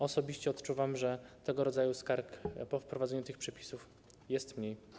Osobiście odczuwam, że tego rodzaju skarg po wprowadzeniu tych przepisów jest mniej.